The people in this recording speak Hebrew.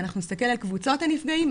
אם נסתכל על קבוצות הנפגעים,